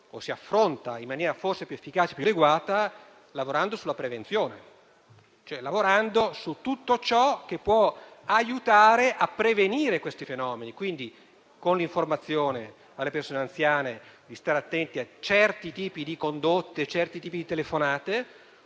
(o si affronta in maniera forse più efficace e più adeguata) lavorando sulla prevenzione, cioè su tutto ciò che può aiutare a prevenire questi fenomeni: quindi con l'informazione alle persone anziane di stare attente a certi tipi di condotte e di telefonate,